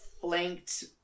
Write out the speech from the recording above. flanked